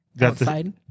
outside